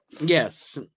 Yes